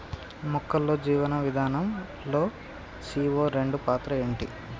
మొక్కల్లో జీవనం విధానం లో సీ.ఓ రెండు పాత్ర ఏంటి?